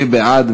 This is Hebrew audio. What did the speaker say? מי בעד?